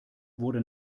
wurde